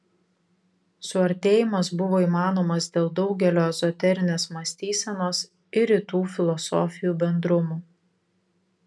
suartėjimas buvo įmanomas dėl daugelio ezoterinės mąstysenos ir rytų filosofijų bendrumų